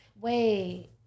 Wait